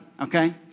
okay